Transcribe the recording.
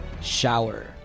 shower